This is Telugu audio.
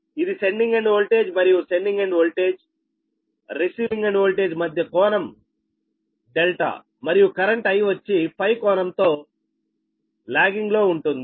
ఇది సెండింగ్ ఎండ్ ఓల్టేజ్ మరియు sending end voltage receiving end voltage మద్య కోణం డెల్టా మరియు కరెంట్ I వచ్చి Φ కోణంతో తో లాగింగ్ లో ఉంటుంది